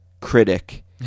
critic